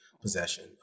possession